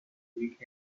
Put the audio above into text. week